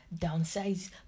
downsize